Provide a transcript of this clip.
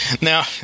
now